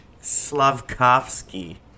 Slavkovsky